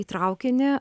į traukinį